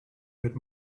bit